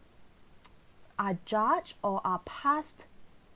are judge or are past